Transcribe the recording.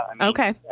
Okay